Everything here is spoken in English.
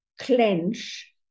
clench